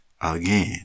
again